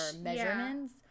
measurements